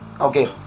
okay